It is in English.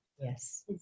Yes